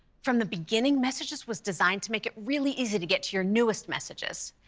from the beginning, messages was designed to make it really easy to get to your newest messages.